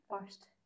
first